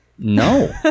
No